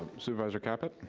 supervisor caput.